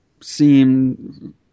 Seem